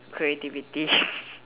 creativity